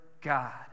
God